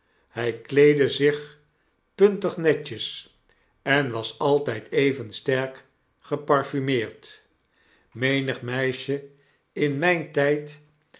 hij kleedde zich puntig netjes en was altyd even sterk geparfumeerd menig meisje in myn tyd